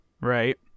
Right